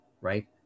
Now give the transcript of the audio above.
right